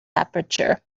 aperture